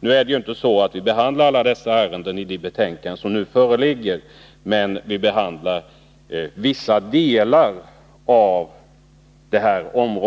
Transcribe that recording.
Alla dessa ärenden behandlas inte i de båda betänkanden som nu föreligger, utan det är vissa delar som nu behandlas